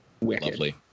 Lovely